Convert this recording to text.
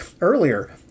earlier